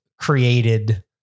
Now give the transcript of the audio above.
created